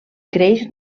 creix